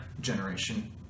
generation